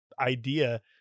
idea –